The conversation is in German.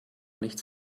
nichts